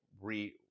re